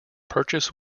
purchase